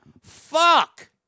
Fuck